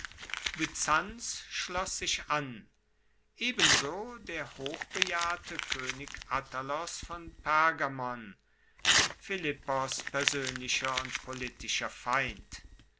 byzanz schloss sich an ebenso der hochbejahrte koenig attalos von pergamon philippos persoenlicher und politischer feind